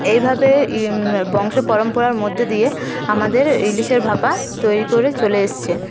এইভাবে বংশ পরম্পরার মধ্যে দিয়ে আমাদের ইলিশের ভাপা তৈরি করে চলে এসছে